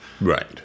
Right